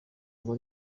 ngo